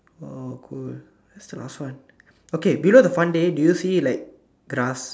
oh cool where's the last one okay below the fun day do you see like grass